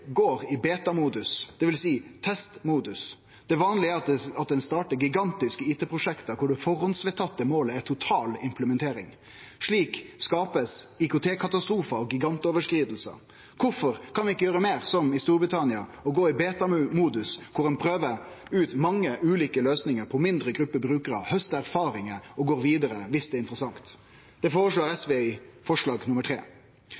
går i betamodus, dvs. testmodus. Det vanlege er at ein startar gigantiske IT-prosjekt der det førehandsvedtatte målet er total implementering. Slik blir det skapt IKT-katastrofar og gigantoverskridingar. Kvifor kan vi ikkje gjere meir som i Storbritannia, går i betamodus, der ein prøver ut mange ulike løysingar på mindre grupper brukarar, haustar erfaringar og går vidare dersom det er interessant? Det